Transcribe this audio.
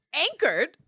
anchored